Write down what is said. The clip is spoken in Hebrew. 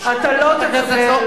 אתה לא תקבל,